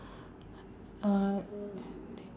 uh